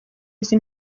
izi